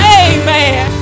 amen